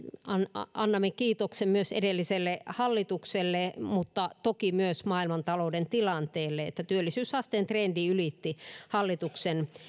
annamme kiitoksen myös edelliselle hallitukselle mutta toki myös maailmantalouden tilanteelle että työllisyysasteen trendi ylitti hallituksen